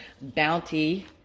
bounty